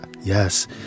yes